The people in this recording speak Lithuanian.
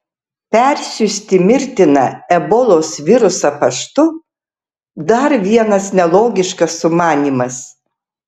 persiųsti mirtiną ebolos virusą paštu dar vienas nelogiškas sumanymas